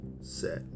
set